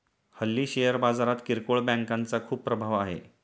हल्ली शेअर बाजारात किरकोळ बँकांचा खूप प्रभाव आहे